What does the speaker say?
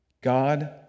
God